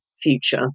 future